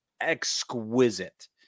Exquisite